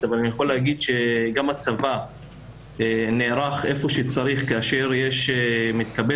אבל אני יכול להגיד שגם הצבא נערך איפה שצריך כאשר מתקבל